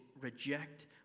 reject